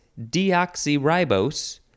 deoxyribose